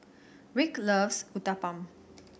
Rick loves Uthapam